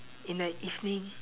in the evening